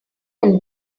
can